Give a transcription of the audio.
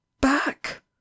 Back